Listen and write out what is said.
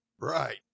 Right